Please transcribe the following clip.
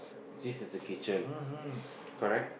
this is the kitchen correct